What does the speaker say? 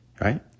Right